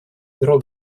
бюро